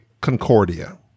Concordia